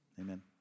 Amen